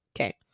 Okay